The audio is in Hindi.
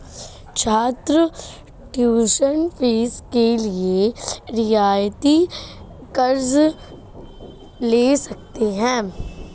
छात्र ट्यूशन फीस के लिए रियायती कर्ज़ ले सकते हैं